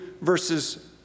verses